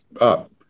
up